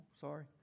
sorry